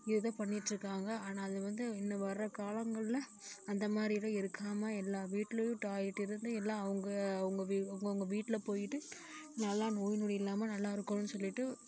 இதை பண்ணிகிட்டுருக்காங்க ஆனால் அதை வந்து இன்னும் வர்ற காலங்களில் அந்தமாதிரி எதுவும் இருக்காமல் எல்லா வீட்டிலேயும் டாய்லெட் இருந்து எல்லாம் அவங்க அவங்க அவங்கவுங்க வீட்டில் போய்கிட்டு நல்லா நோய் நொடி இல்லாமல் நல்லா இருக்கணுன்னு சொல்லிவிட்டு